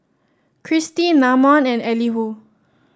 Kristi Namon and Elihu